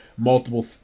Multiple